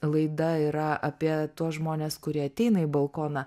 laida yra apie tuos žmones kurie ateina į balkoną